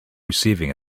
receiving